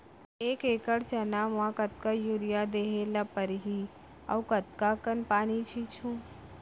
एक एकड़ चना म कतका यूरिया देहे ल परहि अऊ कतका कन पानी छींचहुं?